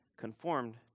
conformed